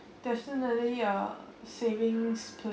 definitely a savings